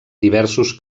diversos